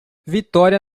victoria